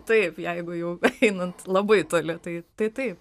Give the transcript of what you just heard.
taip jeigu jau einant labai lėtai tai taip